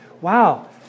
wow